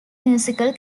musical